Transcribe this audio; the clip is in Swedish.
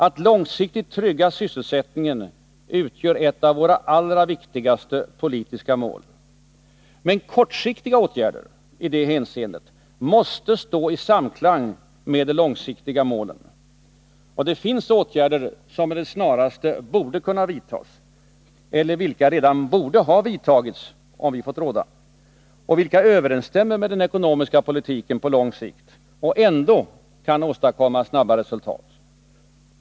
Att långsiktigt trygga sysselsättningen utgör ett av våra allra viktigaste politiska mål, men kortsiktiga åtgärder i det hänseendet måste stå i samklang med de långsiktiga målen. Det finns åtgärder som med det snaraste borde kunna vidtas — eller vilka redan borde ha vidtagits, om vi fått råda — och som överensstämmer med den ekonomiska politiken på lång sikt men ändå kan åstadkomma snabba resultat.